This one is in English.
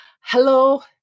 Hello